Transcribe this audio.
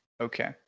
Okay